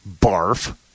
BARF